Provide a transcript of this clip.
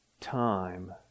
time